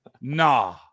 nah